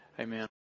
Amen